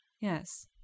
Yes